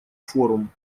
форум